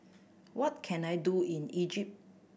what can I do in Egypt